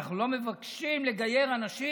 אנחנו לא מבקשים לגייר אנשים,